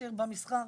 מאשר במסחר.